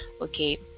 Okay